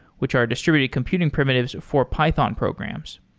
which are distributed computing primitives for python programs.